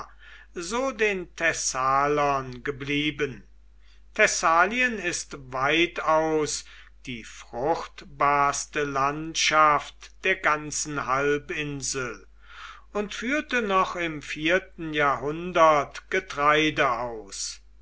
so den thessalern geblieben thessalien ist weitaus die fruchtbarste landschaft der ganzen halbinsel und führte noch im vierten jahrhundert getreide aus